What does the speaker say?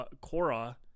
Cora